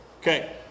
Okay